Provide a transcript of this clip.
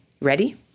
Ready